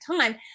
time